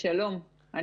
שלום לכולם,